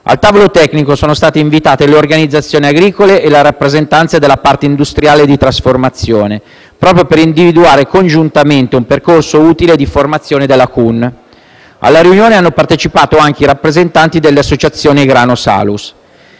tale tavolo tecnico sono state invitate le organizzazioni agricole e la rappresentanza della parte industriale di trasformazione, proprio per individuare congiuntamente un percorso utile di formazione della CUN, e alla riunione hanno partecipato anche i rappresentanti dell'associazione GranoSalus.